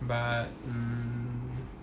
but mm